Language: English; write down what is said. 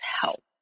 help